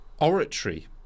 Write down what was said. oratory